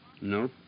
No